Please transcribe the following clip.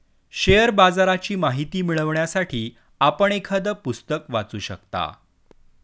share बाजाराची माहिती मिळवण्यासाठी आपण एखादं पुस्तक वाचू शकता